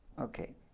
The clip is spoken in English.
Okay